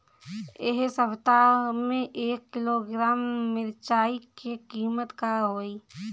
एह सप्ताह मे एक किलोग्राम मिरचाई के किमत का होई?